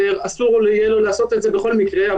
אסור יהיה לו לעשות את זה בכל מקרה.